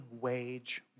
wage